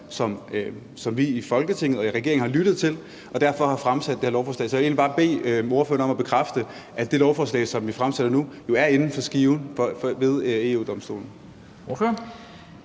som vi i Folketinget og i regeringen har lyttet til, og derfor har vi fremsat det her lovforslag. Så jeg vil egentlig bare bede ordføreren om at bekræfte, at det lovforslag, som vi behandler nu, er inden for skiven, for